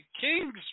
Kings